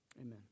amen